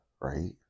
right